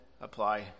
apply